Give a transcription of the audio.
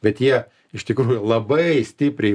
bet jie iš tikrųjų labai stipriai